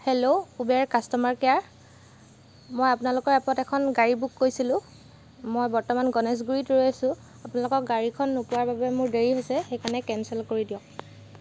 hello Uber customer care মই আপোনালোকৰ এপত এখন গাড়ী বুক কৰিছিলোঁ মই বৰ্তমান গণেশগুৰিত ৰৈ আছোঁ আপোনালোকৰ গাড়ীখন নোপোৱাৰ বাবে মোৰ দেৰি হৈছে সেইকাৰণে কেঞ্চেল কৰি দিয়ক